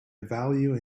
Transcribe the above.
value